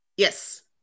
Yes